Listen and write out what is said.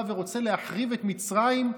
בא ורוצה להחריב את מצרים,